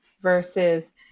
versus